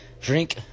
Drink